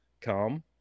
come